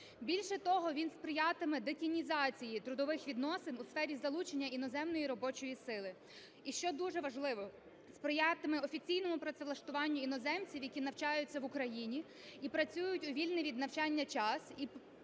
Більше того, він сприятиме детінізації трудових відносин у сфері залучення іноземної робочої сили і, що дуже важливо, сприятиме офіційному працевлаштуванню іноземців, які навчаються в Україні і працюють у вільний від навчання час